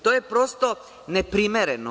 To je prosto neprimereno.